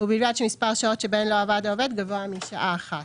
ובלבד שמספר השעות שבהן לא עבד העובד גבוה משעה אחת,